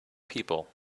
people